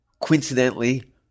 coincidentally